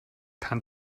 kann